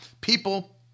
People